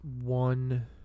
one